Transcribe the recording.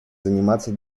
заниматься